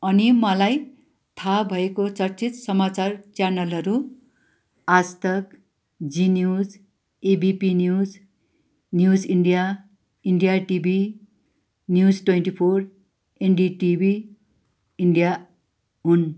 अनि मलाई थाहा भएको चर्चित समाचार च्यानलहरू Aaj Tak Zee News A B P News News India India TV News twenty four N D TV India हुन्